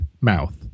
mouth